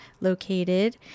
located